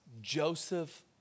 Joseph